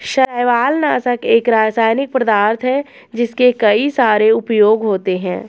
शैवालनाशक एक रासायनिक पदार्थ है जिसके कई सारे उपयोग होते हैं